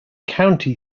county